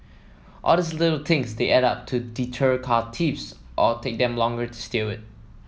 all these little things they add up to deter car thieves or take them longer to steal it